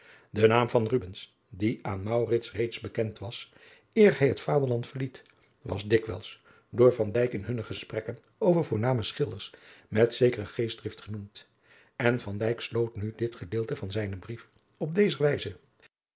de naam van rubbens die aan maurits reeds bekend was eer hij het vaderland verliet was dikwijls door van dijk in hunne gesprekken over voorname schilders met zekere geestdrift genoemd en van dijk sloot nu dit gedeelte van zijnen brief op deze wijzer